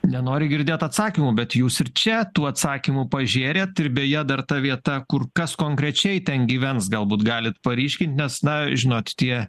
nenori girdėt atsakymų bet jūs ir čia tų atsakymų pažėrė ir beje dar ta vieta kur kas konkrečiai ten gyvens galbūt galite paryškinti nes na žinot tie